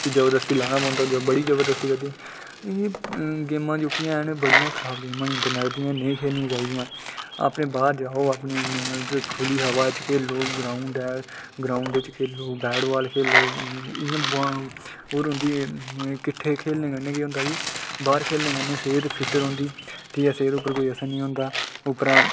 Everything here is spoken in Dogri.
जबरदस्ती लाना पौंदा ओह् बी जबरदस्ती करदी गेमां जोह्कियां ऐन बड़ियां खराब गेमां न नेईं खेलनियां चाहिदियां अपने बाह्र जाओ अपने खु'ल्ली हवा च खेढो ग्राउंड ऐ ग्राउंड च बैट बाल खेढो की जे किट्ठे खेढने कन्नै केह् होंदा की बाह्र खेढने कन्नै सेह्त फिट रौंह्दी ठीक ऐ सेह्त उप्पर कोई असर निं होंदा